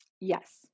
Yes